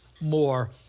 more